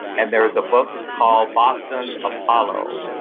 and there is a book called boston's apollo.